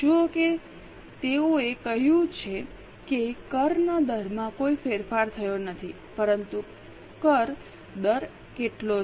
જુઓ કે તેઓએ કહ્યું છે કે કરના દરમાં કોઈ ફેરફાર થયો નથી પરંતુ કર દર કેટલો છે